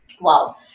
Wow